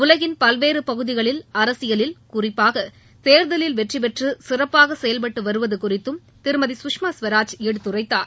உலகின் பல்வேறு பகுதிகளில் அரசியலில் குறிப்பாக தேர்தலில் வெற்றி பெற்று சிறப்பாக செயல்பட்டு வருவது குறித்தும் திருமதி சுஷ்மா சுவராஜ் எடுத்துரைத்தார்